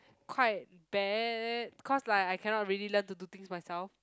quite bad cause like I cannot really learn to do things myself